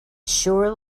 sure